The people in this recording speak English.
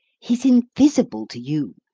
he's invisible to you.